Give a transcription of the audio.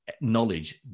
knowledge